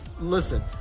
listen